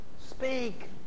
speak